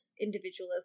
individualism